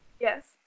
Yes